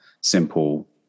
simple